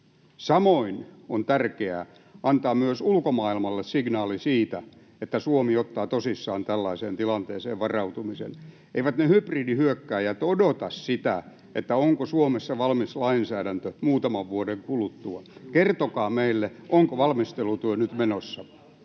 Samoin on tärkeää antaa myös ulkomaailmalle signaali siitä, että Suomi ottaa tosissaan tällaiseen tilanteeseen varautumisen. Eivät ne hybridihyökkääjät odota sitä, onko Suomessa valmis lainsäädäntö muutaman vuoden kuluttua. Kertokaa meille, onko valmistelutyö nyt menossa.